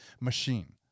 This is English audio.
machine